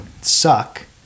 suck